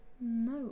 No